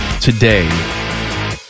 today